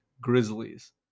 Grizzlies